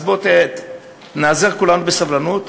אז בואו ניאזר כולנו בסבלנות.